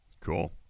Cool